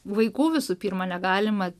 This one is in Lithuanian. vaikų visų pirma negalima